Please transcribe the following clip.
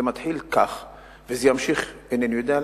זה מתחיל כך, וזה ימשיך, אינני יודע לאן.